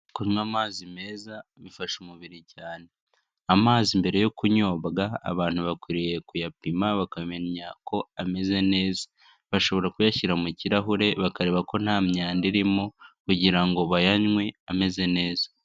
Kunywa amazi meza bifasha umubiri cyane, amazi mbere yo kunyobwa abantu bakwiriye kuyapima bakamenya ko ameze neza, bashobora kuyashyira mu kirahure bakareba ko nta myanda irimo kugira ngo bayanywe ameze neza.